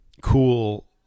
cool